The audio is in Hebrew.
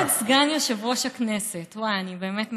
כבוד סגן יושב-ראש הכנסת, וואי, אני באמת מתרגשת.